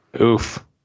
Oof